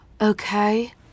Okay